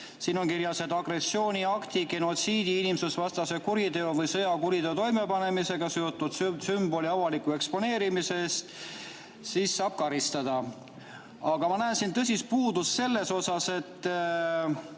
siin on kirjas, et agressiooniakti, genotsiidi, inimsusevastase kuriteo või sõjakuriteo toimepanemisega seotud sümboli avaliku eksponeerimise eest saab karistada. Aga ma näen siin tõsist puudust selles osas, et